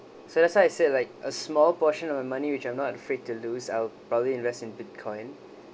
so that's why I said like a small portion of the money which I'm not afraid to lose I'll probably invest in bitcoin